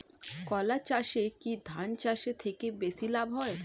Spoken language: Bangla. কলা চাষে কী ধান চাষের থেকে বেশী লাভ হয়?